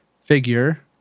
figure